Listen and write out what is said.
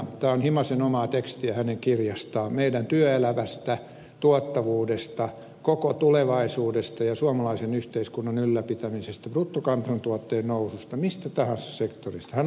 tämä on himasen omaa tekstiä hänen kirjastaan meidän työelämästämme tuottavuudesta koko tulevaisuudesta ja suomalaisen yhteiskunnan ylläpitämisestä bruttokansantuotteen noususta mistä tahansa sektorista